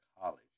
college